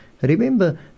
Remember